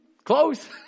Close